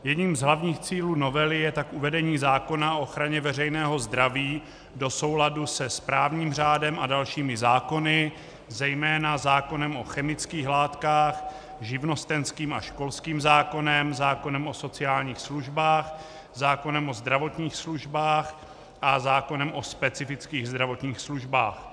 Jedním z hlavních cílů novely je tak uvedení zákona o ochraně veřejného zdraví do souladu se správním řádem a dalšími zákony, zejména zákonem o chemických látkách, živnostenským a školským zákonem, zákonem o sociálních službách, zákonem o zdravotních službách a zákonem o specifických zdravotních službách.